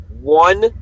one